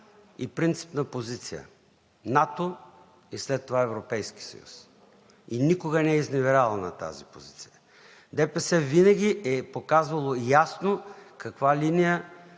и принципна позиция – НАТО и след това Европейски съюз, и никога не е изневерявало на тази позиция. ДПС винаги е показвало ясно каква линия